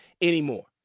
anymore